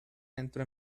entró